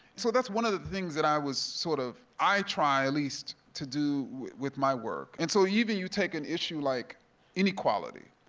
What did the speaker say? so that's one of the things that i was sort of, i try at least, to do with with my work. and so either you take an issue like inequality,